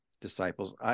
disciples